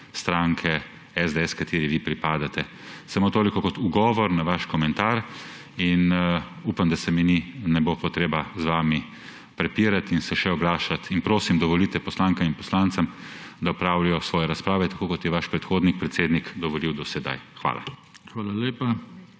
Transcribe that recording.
stranke SDS, ki ji vi pripadate. Samo toliko kot ugovor na vaš komentar. Upam, da se mi ne bo treba z vami prepirati in se še oglašati. Prosim, dovolite poslankam in poslancem, da opravljajo svoje razprave, tako kot je vaš predhodnik predsednik dovolil do sedaj. Hvala.